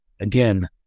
again